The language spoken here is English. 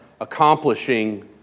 accomplishing